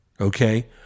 Okay